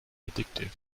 addictive